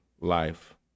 life